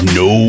no